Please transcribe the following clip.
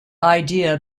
idea